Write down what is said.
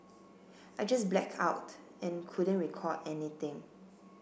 I just black out and couldn't recall anything